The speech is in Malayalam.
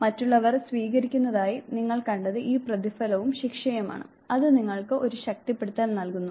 മറ്റുള്ളവർ സ്വീകരിക്കുന്നതായി നിങ്ങൾ കണ്ടത് ഈ പ്രതിഫലവും ശിക്ഷയുമാണ് അത് നിങ്ങൾക്ക് ഒരു ശക്തിപ്പെടുത്തൽ നൽകുന്നു